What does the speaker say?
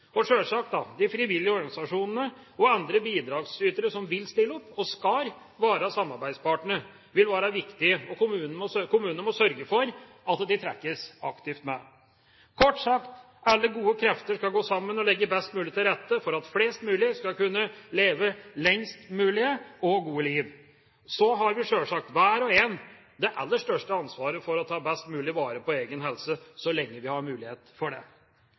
og sjølsagt vil de frivillige organisasjonene og andre bidragsytere, som vil stille opp og skal være samarbeidspartnere, være viktige. Og kommunene må sørge for at de trekkes aktivt med. Kort sagt: Alle gode krefter skal gå sammen og legge best mulig til rette for at flest mulig skal kunne leve et lengst mulig og godt liv. Så har vi sjølsagt hver og en det aller største ansvaret for å ta best mulig vare på egen helse, så lenge vi har mulighet for det.